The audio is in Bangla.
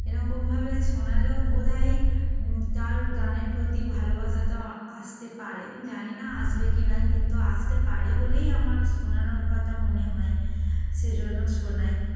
এরকমভাবে শোনালেও বোধায় তার গানের প্রতি ভালোবাসা তো আসতে পারে জানি না আসবে কি না কিন্তু আসতে পারে বলেই আমার শোনানোর কথা মনে হয় সেজন্য শোনাই